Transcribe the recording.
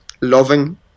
loving